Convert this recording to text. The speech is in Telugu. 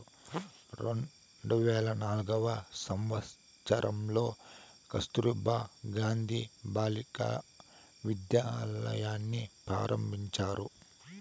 రెండు వేల నాల్గవ సంవచ్చరంలో కస్తుర్బా గాంధీ బాలికా విద్యాలయని ఆరంభించారు